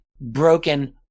broken